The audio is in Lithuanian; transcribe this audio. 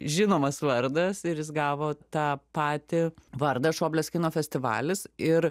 žinomas vardas ir jis gavo tą patį vardą šoblės kino festivalis ir